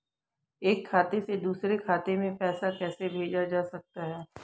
एक खाते से दूसरे खाते में पैसा कैसे भेजा जा सकता है?